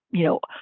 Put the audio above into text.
you know,